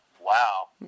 Wow